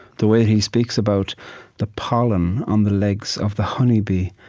the way he speaks about the pollen on the legs of the honeybee,